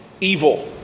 evil